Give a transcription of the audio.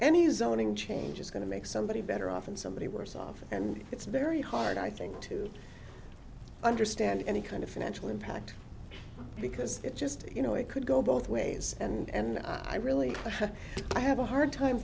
zoning change is going to make somebody better off and somebody worse off and it's very hard i think to understand any kind of financial impact because it just you know it could go both ways and i really i have a hard time